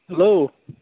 hello